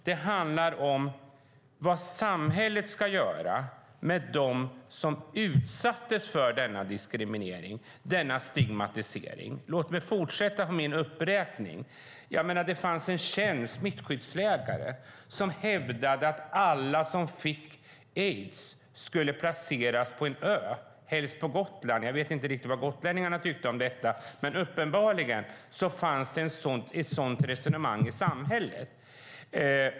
Det handlar om vad samhället ska göra för dem som utsattes för denna diskriminering och denna stigmatisering. Låt mig fortsätta med min uppräkning. Det fanns en känd smittskyddsläkare som hävdade att alla som fick aids skulle placeras på en ö, helst på Gotland. Jag vet inte riktigt vad gotlänningarna tyckte om detta, men uppenbarligen fanns det ett sådant resonemang i samhället.